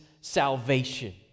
salvation